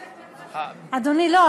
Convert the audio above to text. אדוני, לא.